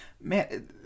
Man